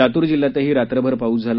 लातूर जिल्ह्यातही रात्रभर पाऊस झाला